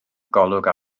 golwg